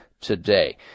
today